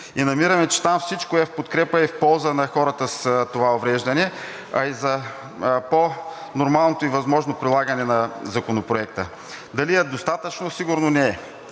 и намираме, че там всичко е в подкрепа и в полза на хората с това увреждане, а и за по-нормалното и възможно прилагане на Законопроекта. Дали е достатъчно? Сигурно не е.